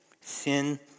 sin